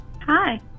Hi